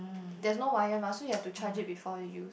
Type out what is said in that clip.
there's no wire mah so you have to charge it before you